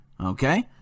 Okay